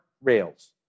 rails